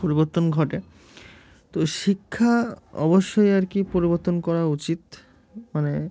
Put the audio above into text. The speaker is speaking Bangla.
পরিবর্তন ঘটে তো শিক্ষা অবশ্যই আর কি পরিবর্তন করা উচিত মানে